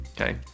okay